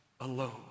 alone